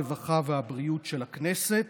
הרווחה והבריאות של הכנסת